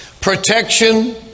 protection